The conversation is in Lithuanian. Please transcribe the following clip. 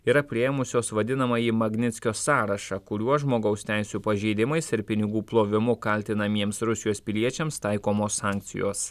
yra priėmusios vadinamąjį magnickio sąrašą kuriuo žmogaus teisių pažeidimais ir pinigų plovimu kaltinamiems rusijos piliečiams taikomos sankcijos